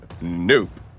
Nope